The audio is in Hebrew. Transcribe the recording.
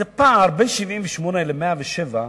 זה פער, בין 78% ל-107%,